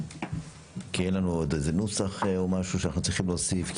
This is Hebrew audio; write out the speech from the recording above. כי עדיין אין לנו איזה נוסח שאנחנו צריכים להוסיף,